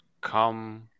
come